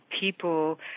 people